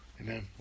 Amen